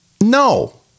No